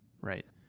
Right